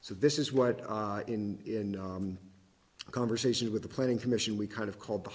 so this is what in a conversation with the planning commission we kind of called the